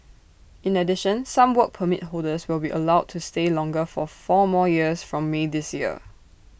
in addition some Work Permit holders will be allowed to stay longer for four more years from may this year